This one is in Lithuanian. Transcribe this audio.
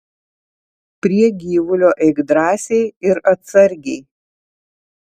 prie gyvulio eik drąsiai ir atsargiai